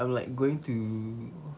I'm like going to